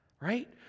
right